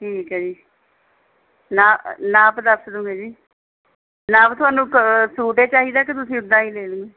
ਠੀਕ ਹੈ ਜੀ ਨਾ ਨਾਪ ਦੱਸ ਦੂਗੇ ਜੀ ਨਾਪ ਤੁਹਾਨੂੰ ਕ ਸੂਟ ਏ ਚਾਹੀਦਾ ਕਿ ਤੁਸੀਂ ਉੱਦਾਂ ਹੀ ਲੈ ਲੂ